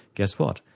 guess what,